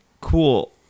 cool